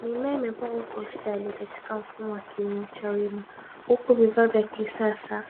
Mimea imepangwa kwa ustadi katika mfumo wa kilimo cha wima, huku vifaa vya kisasa